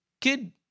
kid